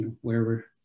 wherever